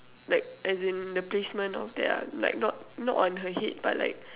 like as in the placement of that ah like not not on her head but like